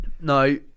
No